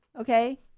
okay